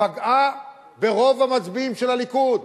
פגעה ברוב המצביעים של הליכוד.